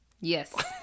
Yes